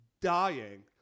dying